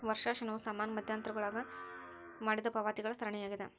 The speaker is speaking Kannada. ವರ್ಷಾಶನವು ಸಮಾನ ಮಧ್ಯಂತರಗುಳಾಗ ಮಾಡಿದ ಪಾವತಿಗಳ ಸರಣಿಯಾಗ್ಯದ